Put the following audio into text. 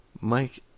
Mike